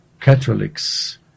Catholics